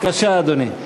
בבקשה, אדוני.